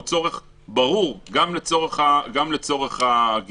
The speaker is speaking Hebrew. הצורך הוא צורך ברור גם לעניין הגיוס.